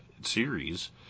series